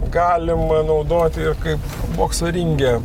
galima naudoti kaip bokso ringe